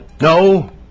No